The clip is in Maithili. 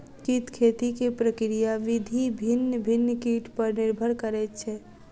कीट खेती के प्रक्रिया विधि भिन्न भिन्न कीट पर निर्भर करैत छै